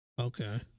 Okay